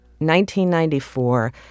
1994